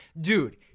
Dude